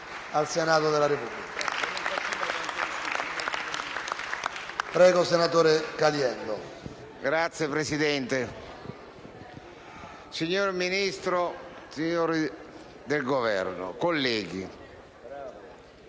Signor Presidente, signor Ministro, signori del Governo, colleghi,